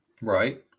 Right